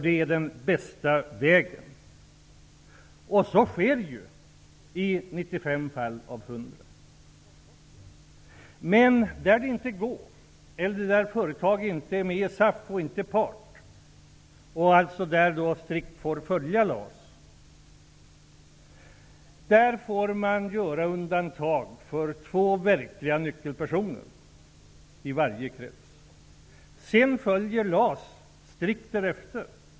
Det är den bästa vägen, och så sker i 95 fall av 100. Men där detta inte går -- eller där företag inte är med i SAF, och inte är part, och därmed strikt får följa LAS -- får man göra undantag för två verkliga nyckelpersoner i varje krets. Sedan gäller LAS strikt därefter.